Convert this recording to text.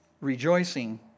rejoicing